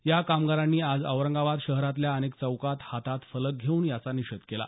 या कामगारांनी आज औरंगाबाद शहरातल्या अनेक चौकात हातात फलक घेऊन याचा निषेध केला